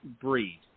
breed